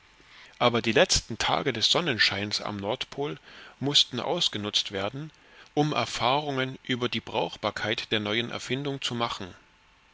aber die letzten tage des sonnenscheins am nordpol mußten ausgenutzt werden um erfahrungen über die brauchbarkeit der neuen erfindung zu machen